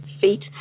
feet